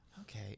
Okay